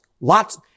lots